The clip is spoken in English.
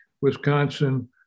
Wisconsin